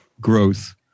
growth